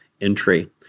entry